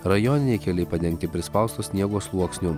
rajoniniai keliai padengti prispausto sniego sluoksniu